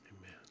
Amen